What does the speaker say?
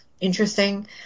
interesting